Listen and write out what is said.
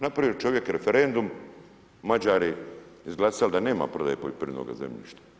Napravio čovjek referendum, Mađari izglasali da nema prodaje poljoprivrednoga zemljišta.